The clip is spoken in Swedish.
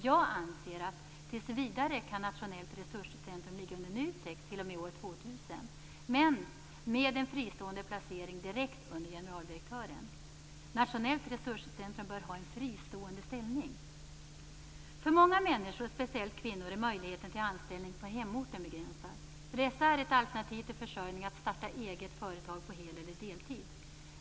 Jag anser att tills vidare kan Nationellt resurscentrum ligga under NUTEK, t.o.m. år 2000, men med en fristående placering direkt under generaldirektören. Nationellt resurscentrum bör ha en fristående ställning. För många människor, speciellt kvinnor, är möjligheten till anställning på hemorten begränsad. För dessa är ett alternativ till försörjning att starta eget företag på hel eller deltid.